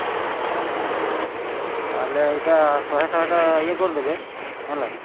ଓହୋ ତାହାଲେ ଏଇଟା ଶହେ ଶହେଟା ଇଏ କରିଦେବେ ହେଲା